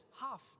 half